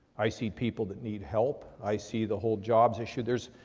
i see people that need help. i see the whole jobs issue. there's,